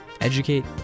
educate